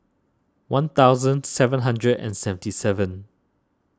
one thousand seven hundred and seventy seven